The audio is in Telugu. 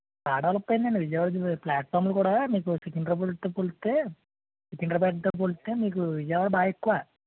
బా డెవలప్ అయ్యిందండి విజయవాడది ప్లాట్ఫార్మ్స్లు కూడ మీకు సికింద్రాబాద్తో పోలిస్తే సికింద్రాబాద్తో పోలిస్తే మీకు విజయవాడ బాగా ఎక్కువ